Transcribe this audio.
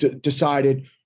decided